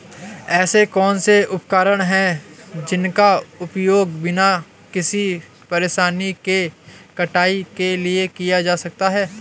ऐसे कौनसे उपकरण हैं जिनका उपयोग बिना किसी परेशानी के कटाई के लिए किया जा सकता है?